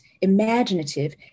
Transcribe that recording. imaginative